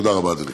תודה רבה, אדוני.